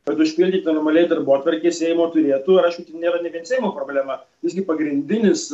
kad užpildyt normaliai darbotvarkę seimo turėtų aišku tai nėra ne vien seimo problema visgi pagrindinis